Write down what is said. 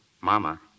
Mama